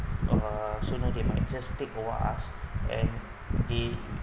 uh so know they might just take over us and they